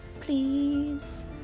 Please